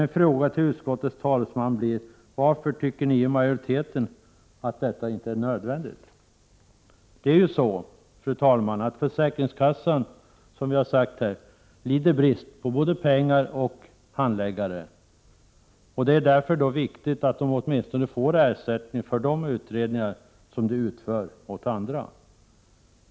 Min fråga till utskottets talesman blir: Varför tycker ni i majoriteten att detta inte är nödvändigt? Försäkringskassorna lider brist, som det har sagts här, på både pengar och handläggare. Det är därför viktigt att de får ersättning för de utredningar som de utför åt andra.